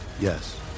Yes